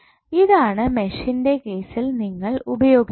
ഇതാണ് മെഷിൻ്റെ കേസിൽ നിങ്ങൾ ഉപയോഗിച്ചത്